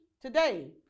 today